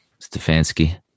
Stefanski